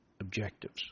objectives